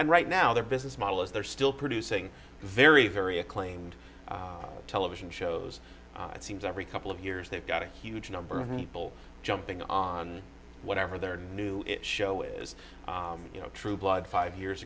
right now their business model is they're still producing very very acclaimed television shows and it seems every couple of years they've got a huge number of people jumping on whatever their new show is you know true blood five years